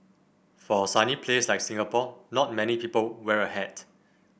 for a sunny place like Singapore not many people wear a hat